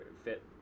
fit